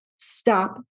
stop